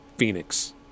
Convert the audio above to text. Phoenix